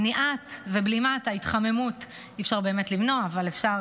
למניעת ובלימת ההתחממות אי-אפשר באמת למנוע אבל אפשר